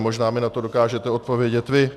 Možná mi na to dokážete odpovědět vy.